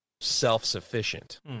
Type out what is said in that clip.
self-sufficient